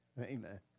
Amen